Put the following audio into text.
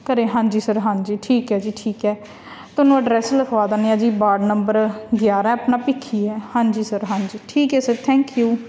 ਘਰ ਹਾਂਜੀ ਸਰ ਹਾਂਜੀ ਠੀਕ ਹੈ ਜੀ ਠੀਕ ਹੈ ਤੁਹਾਨੂੰ ਐਡਰੈਸ ਲਿਖਵਾ ਦਿੰਦੇ ਹਾਂ ਜੀ ਵਾਰਡ ਨੰਬਰ ਗਿਆਰ੍ਹਾਂ ਆਪਣਾ ਭਿੱਖੀ ਹੈ ਹਾਂਜੀ ਸਰ ਹਾਂਜੀ ਠੀਕ ਹੈ ਸਰ ਥੈਂਕ ਯੂ